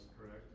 correct